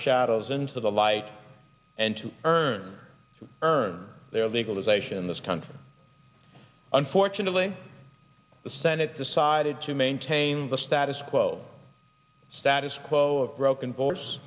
shadows into the light and to earn earn their legalization in this country unfortunately the senate decided to maintain the status quo status quo of broken